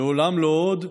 "לעולם לא עוד"